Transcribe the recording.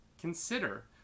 consider